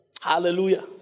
Hallelujah